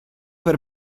per